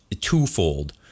twofold